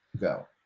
go